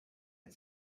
and